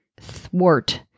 thwart